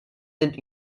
sind